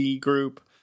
group